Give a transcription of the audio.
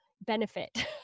benefit